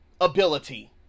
ability